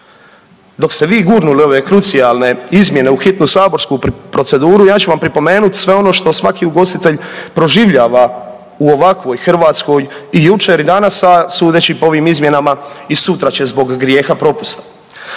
Dok ste vi gurnuli ove krucijalne izmjene u hitnu saborsku proceduru ja ću vam pripomenut sve ono što svaki ugostitelj proživljava u ovakvoj Hrvatskoj i jučer i danas, a sudeći po ovim izmjenama i sutra će zbog grijeha propusta.